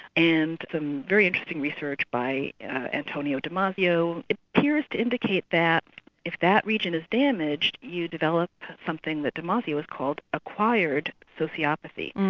and some very interesting research by antonio damasio appears to indicate that if that region is damaged, you develop something that damasio has called acquired sociopathy.